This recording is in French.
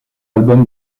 album